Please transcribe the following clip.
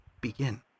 begin